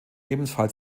ebenfalls